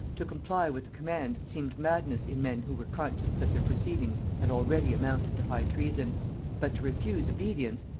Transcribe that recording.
to comply with the command seemed madness in men who were conscious that their proceedings had already amounted to high treason but to refuse obedience,